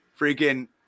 Freaking